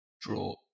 draw